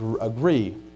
agree